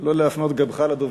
לא להפנות גבך לדוברים.